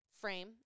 frame